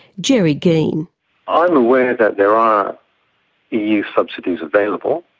gerry geen i'm aware that there are eu subsidies available,